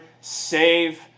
save